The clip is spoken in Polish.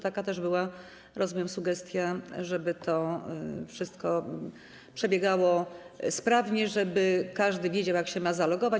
Taka też była, rozumiem, sugestia, żeby to wszystko przebiegało sprawnie, żeby każdy wiedział, jak ma się zalogować.